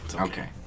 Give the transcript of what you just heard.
Okay